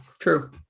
True